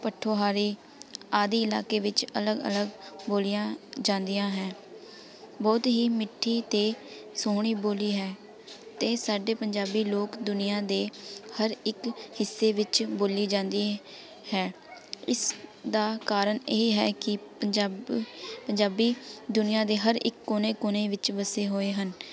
ਪੋਠੋਹਾਰੀ ਆਦਿ ਇਲਾਕੇ ਵਿੱਚ ਅਲੱਗ ਅਲੱਗ ਬੋਲੀਆਂ ਜਾਂਦੀਆ ਹੈ ਬਹੁਤ ਹੀ ਮਿੱਠੀ ਅਤੇ ਸੋਹਣੀ ਬੋਲੀ ਹੈ ਅਤੇ ਸਾਡੇ ਪੰਜਾਬੀ ਲੋਕ ਦੁਨੀਆ ਦੇ ਹਰ ਇੱਕ ਹਿੱਸੇ ਵਿੱਚ ਬੋਲੀ ਜਾਂਦੀ ਹੈ ਇਸ ਦਾ ਕਾਰਨ ਇਹ ਹੈ ਕਿ ਪੰਜਾਬ ਪੰਜਾਬੀ ਦੁਨੀਆ ਦੇ ਹਰ ਇੱਕ ਕੋਨੇ ਕੋਨੇ ਵਿੱਚ ਵਸੇ ਹੋਏ ਹਨ